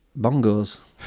bongos